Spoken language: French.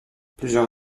plusieurs